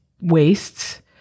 wastes